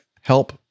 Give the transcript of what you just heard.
help